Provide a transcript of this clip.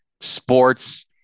sports